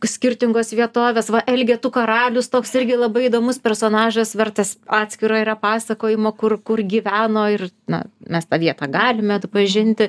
skirtingos vietovės va elgetų karalius toks irgi labai įdomus personažas vertas atskiro pasakojimo kur kur gyveno ir na mes tą vietą galime atpažinti